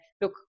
look